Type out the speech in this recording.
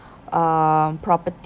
uh property